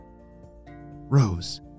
Rose